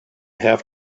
have